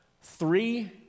Three